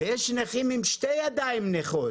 ויש נכים עם שתי ידיים נכות